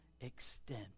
extent